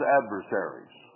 adversaries